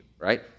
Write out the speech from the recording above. right